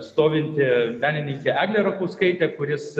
stovinti menininkė eglė rakauskaitė kuri